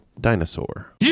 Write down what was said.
Dinosaur